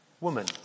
Woman